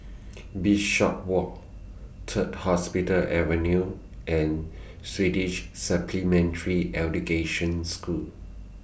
Bishopswalk Third Hospital Avenue and Swedish Supplementary Education School